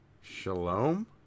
Shalom